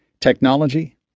technology